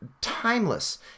timeless